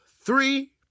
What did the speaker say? three